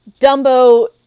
Dumbo